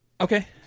Okay